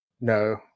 No